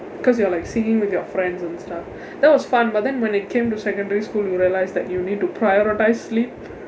cause you are like singing with your friends and stuff that was fun but then when it came to secondary school you realize that you need to prioritise sleep